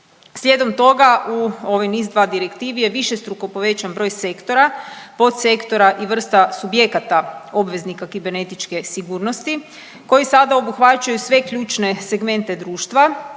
Slijedom toga u ovoj NIS2 Direktivi je višestruko povećan broj sektora, podsektora i vrsta subjekata obveznika kibernetičke sigurnosti koji sada obuhvaćaju sve ključne segmente društva,